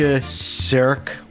Cirque